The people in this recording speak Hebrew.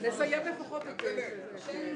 אנחנו מבררים.